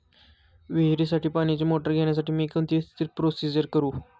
विहिरीसाठी पाण्याची मोटर घेण्यासाठी मी कोणती प्रोसिजर करु?